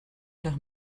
nach